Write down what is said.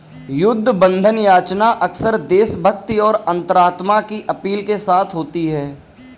युद्ध बंधन याचना अक्सर देशभक्ति और अंतरात्मा की अपील के साथ होती है